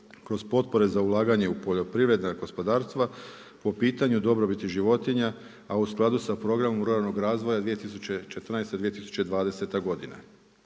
uz potpore za ulaganje u poljoprivredna gospodarstva po pitanju dobrobiti životinja, a u skladu sa programom ruralnog razvoja 2014.-2020. godina.